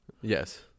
Yes